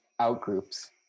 outgroups